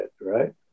right